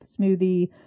smoothie